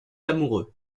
amoureux